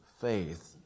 faith